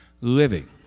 living